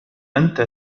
أنت